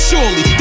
Surely